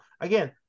again